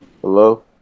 Hello